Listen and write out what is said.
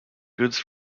goods